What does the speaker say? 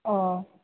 ओऽ ऽ